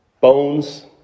bones